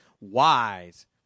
wise